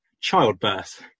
childbirth